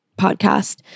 podcast